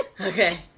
okay